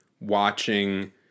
watching